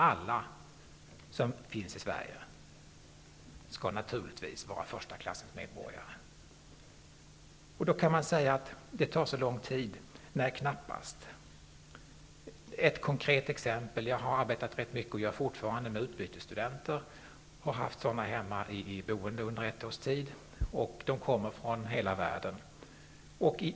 Alla som finns i Sverige skall naturligtvis vara första klassens medborgare. Då kan någon säga: ''Det tar så lång tid.'' Nej, knappast. Jag kan ge ett konkret exempel. Jag har arbetat rätt mycket, och gör det fortfarande, med utbytesstudenter. Jag har haft sådana boende hemma under ett års tid. De kommer från hela världen.